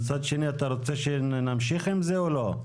מצד שני, אתה רוצה שנמשיך עם זה, או לא?